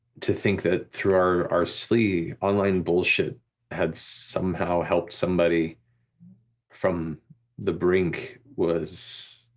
to think that through our our silly online bullshit had somehow helped somebody from the brink was.